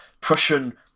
prussian